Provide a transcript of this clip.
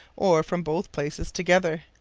or from both places together.